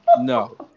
No